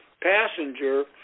passenger